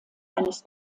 eines